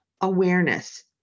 awareness